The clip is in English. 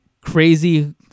crazy